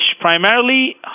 primarily